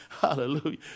Hallelujah